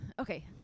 Okay